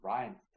Ryan